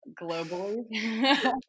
globally